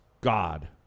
God